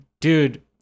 dude